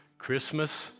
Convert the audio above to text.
Christmas